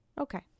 Okay